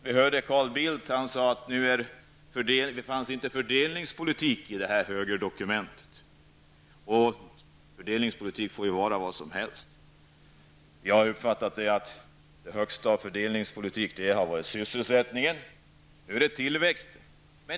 Vi hörde Carl Bild säga att det inte fanns någon fördelningspolitik i högerdokumentet. Fördelningspolitik kan ju vara vad som helst. Jag har uppfattat det så att det viktigaste inom fördelningspolitiken har varit sysselsättningen, men nu är det tillväxten.